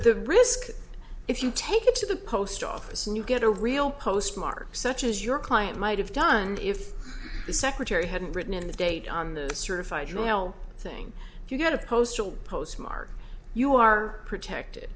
the risk if you take it to the post office and you get a real postmark such as your client might have done and if the secretary hadn't written in the date on the certified joyelle thing you get a postal postmark you are protected